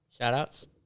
Shoutouts